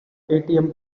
atm